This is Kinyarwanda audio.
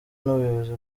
n’ubuyobozi